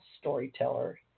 storyteller